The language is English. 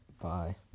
Bye